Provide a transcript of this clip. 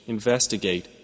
investigate